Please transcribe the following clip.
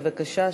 בבקשה,